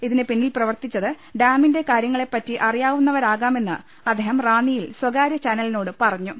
ഇതിന് പിന്നിൽ പ്രവർത്തിച്ചത് ഡാമിന്റെ കാര്യ ങ്ങളെപ്പറ്റി അറിയുന്നവരാകാമെന്ന് അദ്ദേഹം റാന്നിയിൽ സ്വകാ ര്യചാനലിനോട് പറഞ്ഞു